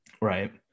right